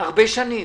הרבה שנים,